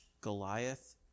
Goliath